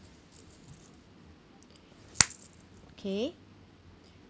okay